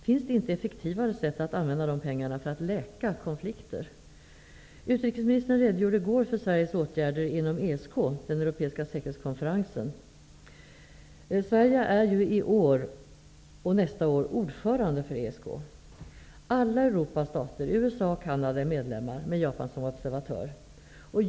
Finns det inte effektivare sätt att använda de pengarna, för att läka konflikter? Utrikesministern redogjorde i går för Sveriges åtgärder inom ESK, den europeiska säkerhetskonferensen. Sverige är i år och nästa år ordförande för ESK. Alla Europas stater, USA och Canada är medlemmar, med Japan som observatör.